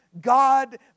God